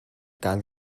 kaan